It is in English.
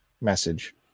message